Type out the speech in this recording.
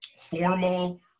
formal